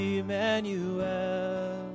Emmanuel